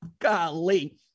Golly